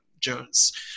Jones